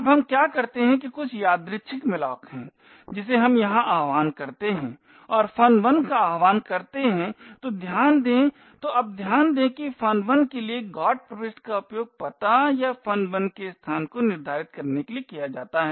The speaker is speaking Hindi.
अब हम क्या करते हैं कुछ यादृछिक malloc है जिसे हम यहां आह्वान करते हैं और fun1 का आह्वान करते हैं तो ध्यान दें तो अब ध्यान दें कि fun1 के लिए GOT प्रविष्टि का उपयोग पता या fun1 के स्थान को निर्धारित करने के लिए किया जाता है